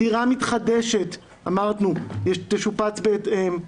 דירה מתחדשת תשופץ בהתאם,